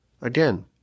again